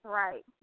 right